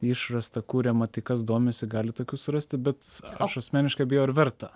išrasta kuriama tai kas domisi gali tokių surasti bet aš asmeniškai abejoju ar verta